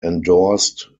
endorsed